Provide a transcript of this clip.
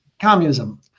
communism